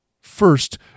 First